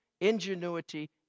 ingenuity